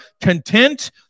content